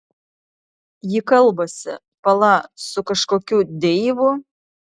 ji kalbasi pala su kažkokiu deivu